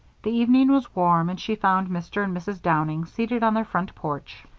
the evening was warm and she found mr. and mrs. downing seated on their front porch.